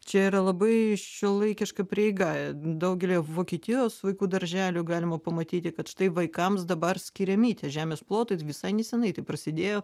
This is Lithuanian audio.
čia yra labai šiuolaikiška prieiga daugelyje vokietijos vaikų darželių galima pamatyti kad štai vaikams dabar skiriami žemės plotai visai nesenai tai prasidėjo